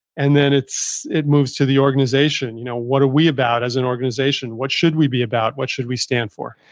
and then, it moves to the organization. you know what are we about as an organization? what should we be about? what should we stand for?